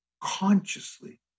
consciously